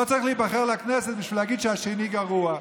לא צריך להיבחר לכנסת בשביל להגיד שהשני גרוע.